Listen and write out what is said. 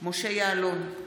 משה יעלון,